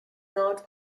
not